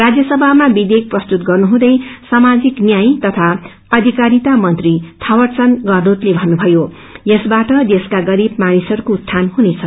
राज्यसभामा विधेयक प्रस्तुत गर्नुहुँदै साामाजिक न्याय तथा अधिकारिता मंत्री थावरचंद गहलोतले भन्नुभयो यसबाअ देशका गरीब मानिसहरूको उत्थान हुनेछ